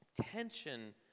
tension